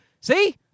See